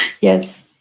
Yes